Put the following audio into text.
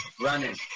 running